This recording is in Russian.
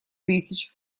тысяч